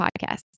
podcast